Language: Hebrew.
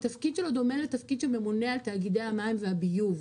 התפקיד שלו דומה לתפקיד של ממונה על תאגידי המים והביוב,